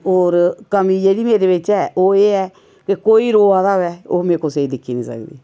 होर कमी जेह्ड़ी मेरे बिच्च ऐ ओह् एह् ऐ कि कोई रोआ दा होआ ते में कुसै गी दिक्खी निं सकदी